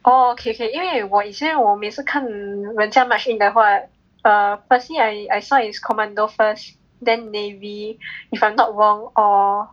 oh okay okay 因为我以前我每次看人家 march in 的话 err firstly I I saw is commando first then navy if I'm not wrong or